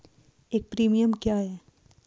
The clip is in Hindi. एक प्रीमियम क्या है?